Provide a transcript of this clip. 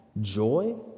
joy